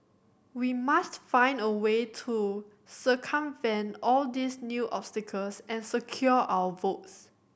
we must find a way to circumvent all these new obstacles and secure our votes